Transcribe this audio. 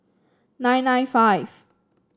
nine nine five